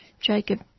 Jacob